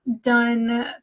done